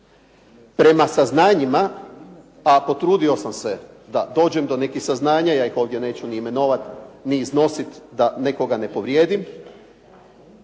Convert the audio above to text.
Prema saznanjima, a potrudio sam se da dođem do nekih saznanja, ja ih ovdje neću imenovati, ni iznositi da nekoga ne povrijedim,